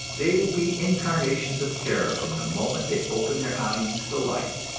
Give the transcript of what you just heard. they will be incarnations of terror from the moment they open their eyes to the light.